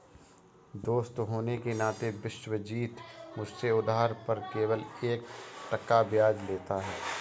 दोस्त होने के नाते विश्वजीत मुझसे उधार पर केवल एक टका ब्याज लेता है